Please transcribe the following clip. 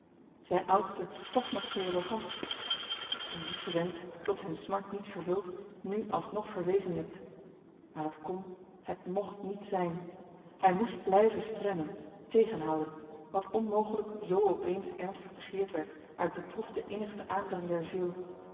zijn oudste toch nog theologant die wiegewensch tot zijn smart niet vervuld nu alsnog verwezenlijkt maar het kon het mocht niet zijn hij moest blijven stremmen tegenhouden wat onmogelijk z opeens ernstig begeerd werd uit beproefden innigsten aandrang der ziel